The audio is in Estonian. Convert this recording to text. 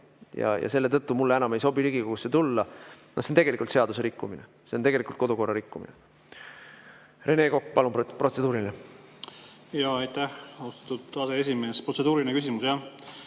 ja selle tõttu mulle enam ei sobi Riigikogusse tulla – see on tegelikult seadusrikkumine, see on kodukorra rikkumine. Rene Kokk, palun, protseduuriline! Aitäh, austatud aseesimees! Protseduuriline küsimus, jah.